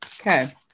Okay